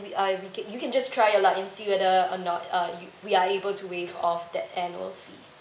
we uh we can you can just try your luck and see whether or not uh you we are able to waive off that annual fee